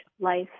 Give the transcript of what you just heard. life